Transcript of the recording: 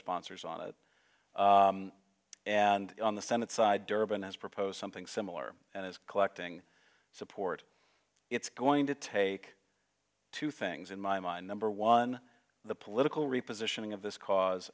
sponsors on it and on the senate side durban has proposed something similar and is collecting support it's going to take two things in my mind number one the political repositioning of this cause